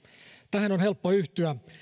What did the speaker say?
tähän on helppo yhtyä